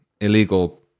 illegal